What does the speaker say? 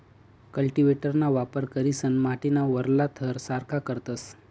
कल्टीव्हेटरना वापर करीसन माटीना वरला थर सारखा करतस